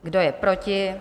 Kdo je proti?